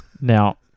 Now